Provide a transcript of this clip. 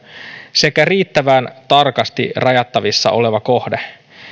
sekä riittävän tarkasti rajattavissa oleva kohde